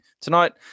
tonight